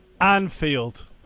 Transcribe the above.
Anfield